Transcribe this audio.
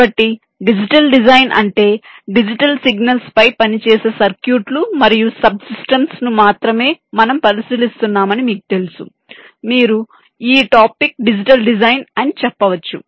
కాబట్టి digital design అంటే digital signals పై పనిచేసే సర్క్యూట్లు మరియు సబ్ సిస్టమ్స్ ను మాత్రమే మనం పరిశీలిస్తున్నామని మీకు తెలుసు మీరు ఈ టాపిక్ డిజిటల్ డిజైన్ అని చెప్పవచ్చు